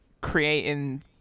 creating